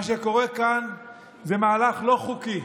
מה שקורה כאן זה מהלך לא חוקי,